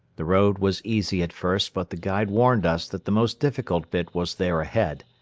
the road was easy at first but the guide warned us that the most difficult bit was there ahead.